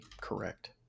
correct